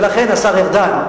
ולכן, השר ארדן,